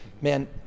man